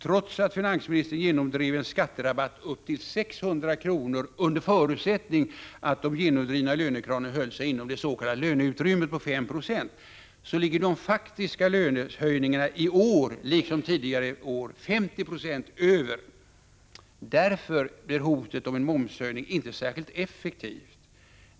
Trots att finansministern genomdrev en skatterabatt upp till 600 kr. under förutsättning att lönerna höll sig inom det s.k. löneutrymmet på 5 22, ligger de faktiska lönehöjningarna i år liksom tidigare år 50 26 däröver. Därför blir hotet om en momshöjning inte särskilt effektivt.